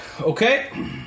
Okay